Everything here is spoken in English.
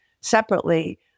separately